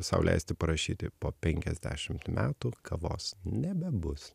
sau leisti prašyti po penkiasdešimt metų kavos nebebus